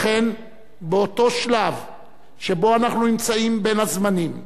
לכן, באותו שלב שבו אנחנו נמצאים, בין הזמנים,